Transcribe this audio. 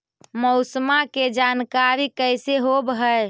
मौसमा के जानकारी कैसे होब है?